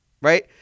right